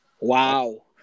Wow